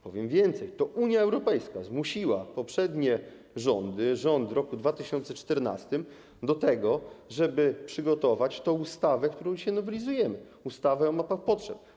Powiem więcej, to Unia Europejska zmusiła poprzednie rządy, rząd w roku 2014, do tego, żeby przygotować tę ustawę, którą dzisiaj nowelizujemy, ustawę o mapach potrzeb.